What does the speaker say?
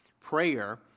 Prayer